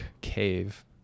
cave